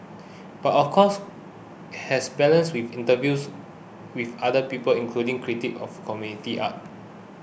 but of course has balanced with interviews with other people including critics of community art